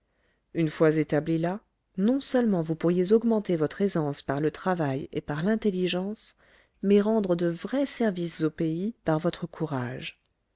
une fois établi là non-seulement vous pourriez augmenter votre aisance par le travail et par l'intelligence mais rendre de vrais services au pays par votre courage